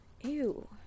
Ew